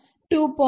1 3